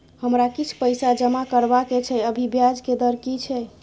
हमरा किछ पैसा जमा करबा के छै, अभी ब्याज के दर की छै?